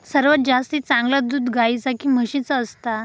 सर्वात जास्ती चांगला दूध गाईचा की म्हशीचा असता?